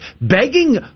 begging